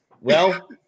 Well-